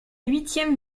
huitième